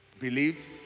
believed